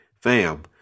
fam